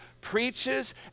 preaches